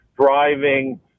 driving